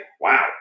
wow